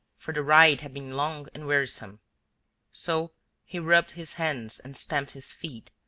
for the ride had been long and wearisome so he rubbed his hands and stamped his feet,